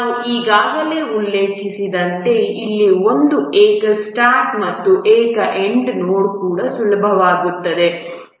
ನಾವು ಈಗಾಗಲೇ ಉಲ್ಲೇಖಿಸಿದಂತೆ ಇಲ್ಲಿ ಒಂದು ಏಕ ಸ್ಟಾರ್ಟ್ ಮತ್ತು ಏಕ ಎಂಡ್ ನೋಡ್ ಕೂಡ ಸುಲಭವಾಗುತ್ತದೆ